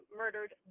murdered